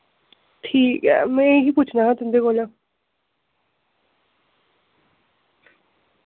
ठीक ऐ में इ'यै पुच्छना हा तुं'दे कोला